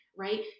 right